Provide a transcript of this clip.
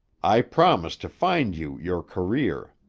i promise to find you your career.